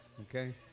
Okay